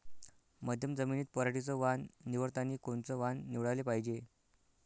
मध्यम जमीनीत पराटीचं वान निवडतानी कोनचं वान निवडाले पायजे?